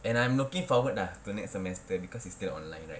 and I'm looking forward lah to the next semester because it's still online right